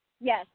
Yes